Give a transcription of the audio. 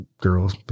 girls